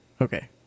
Okay